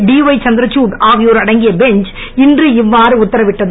டிஷய் சந்திரதுட் ஆகியோர் அடங்கிய பெஞ்ச் இன்று இவ்வாறு உத்தரவிட்டது